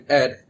add